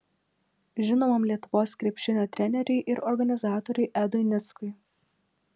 žinomam lietuvos krepšinio treneriui ir organizatoriui edui nickui